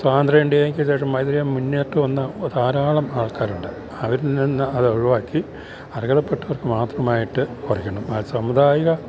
സ്വതന്ത്ര്യ ഇന്ത്യക്കു ശേഷം മുന്നോട്ടുവന്ന ധാരാളം ആൾക്കാരുണ്ട് അവരിൽനിന്ന് അത് ഒഴിവാക്കി അർഹതപ്പെട്ടവർക്കു മാത്രമായിട്ടു കുറയ്ക്കണം അതു സമുദായിക